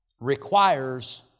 requires